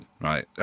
right